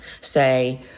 say